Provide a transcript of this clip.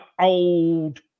old